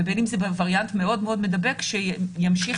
ובין אם זה וריאנט מאוד-מאוד מדבק שימשיך